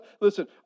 Listen